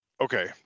okay